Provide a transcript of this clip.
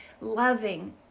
loving